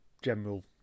general